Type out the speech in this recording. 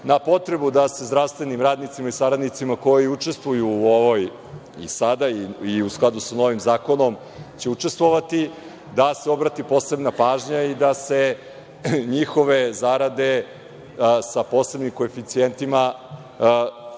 na potrebu da se zdravstvenim radnicima i saradnicima koji učestvuju u ovoj i sada i u skladu sa novim zakonom će učestvovati, da se obrati posebna pažnja da se njihove zarade sa posebnim koeficijentima dodatno